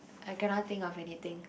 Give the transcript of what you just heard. I cannot think of anything